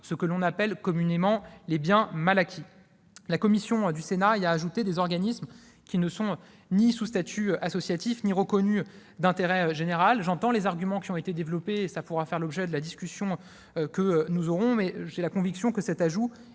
ce que l'on appelle communément les biens mal acquis. La commission du Sénat y a ajouté des organismes qui ne sont ni sous statut associatif ni reconnus d'intérêt général. J'entends les arguments qui ont été développés ; nous pourrons en discuter tout à l'heure. Mais j'ai la conviction que cet ajout